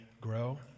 grow